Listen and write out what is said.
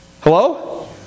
Hello